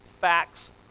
Facts